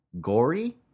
gory